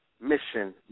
mission